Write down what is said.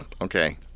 Okay